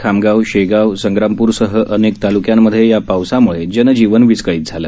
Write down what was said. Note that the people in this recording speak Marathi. खामगाव शेगाव संग्रामपुरसह अनेक तालुक्यांमध्ये या पावसामुळे जनजीवन विस्कळीत झालं